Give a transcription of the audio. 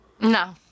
No